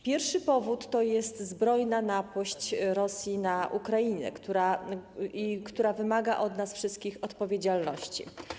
Pierwszy powód to jest zbrojna napaść Rosji na Ukrainę, która wymaga od nas wszystkich odpowiedzialności.